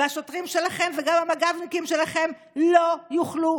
והשוטרים שלכם וגם המג"בניקים שלכם לא יוכלו